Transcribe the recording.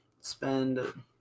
spend